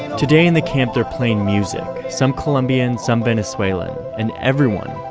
and today in the camp, they're playing music. some colombian, some venezuelan and everyone,